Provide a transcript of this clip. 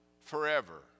forever